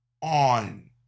on